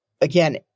again